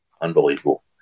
unbelievable